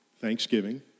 thanksgiving